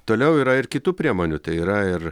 toliau yra ir kitų priemonių tai yra ir